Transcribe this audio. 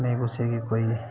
नेईं कुसै गी कोई